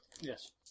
Yes